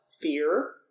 fear